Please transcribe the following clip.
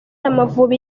amavubi